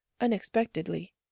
unexpectedly